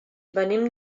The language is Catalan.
venim